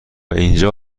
اینجا